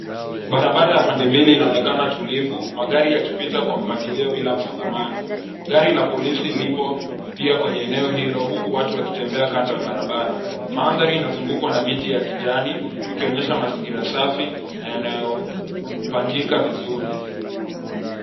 Barabara ya pande mbili inaonekana tulivu, magari yakipita kwa mpangilio bila msongamano. Gari la polisi lipo pia kwenye eneo hilo huku watu wakitembea kando ya barabara. Mandhari inazungukwa na miti ya kijani ikionyesha mazingira safi na yanayopangika vizuri.